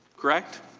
correct?